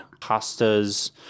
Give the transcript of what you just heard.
Pastas